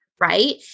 Right